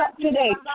today